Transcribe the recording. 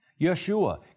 Yeshua